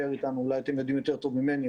אולי אתם יודעים יותר טוב ממני,